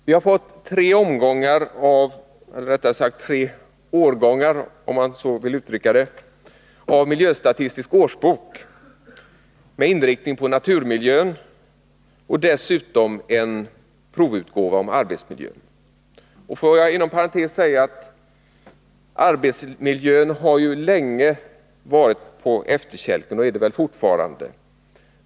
Vi har fått tre årgångar av miljöstatistisk årsbok med inriktning på naturmiljön och dessutom en provutgåva om arbetsmiljön. Får jag inom parentes säga att arbetsmiljön länge har varit på efterkälken och fortfarande är det.